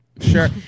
Sure